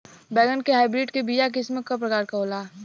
बैगन के हाइब्रिड के बीया किस्म क प्रकार के होला?